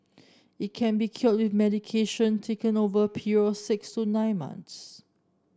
it can be cured with medication taken over a period of six to nine months